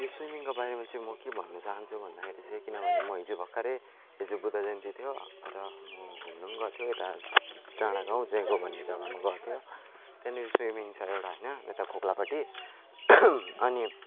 यो सुइमिङको बारेमा चाहिँ म के भन्न चाहन्छु भन्दाखेरि चाहिँ किन भने म हिजो भर्खर हिजो बुद्ध जयन्ती थियो र म घुम्नु गएको थियो यता डाँडा गाउँ जयगाउँ भन्ने जगामा गएको थियो त्यहाँनेरि सुइमिङ छ एउटा होइन यता खोप्लापट्टि अनि